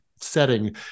setting